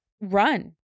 run